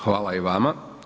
Hvala i vama.